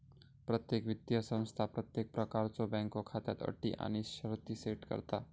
प्रत्येक वित्तीय संस्था प्रत्येक प्रकारच्यो बँक खात्याक अटी आणि शर्ती सेट करता